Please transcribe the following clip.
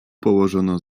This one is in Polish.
położono